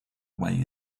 way